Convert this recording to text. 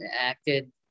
acted